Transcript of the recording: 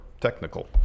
technical